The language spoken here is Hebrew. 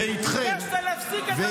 ביקשת להפסיק את המלחמה לשנה-שנתיים,